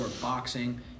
boxing